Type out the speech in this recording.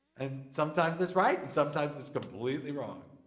and sometimes it's right. and sometimes it's completely wrong.